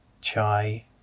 chai